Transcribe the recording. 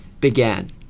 began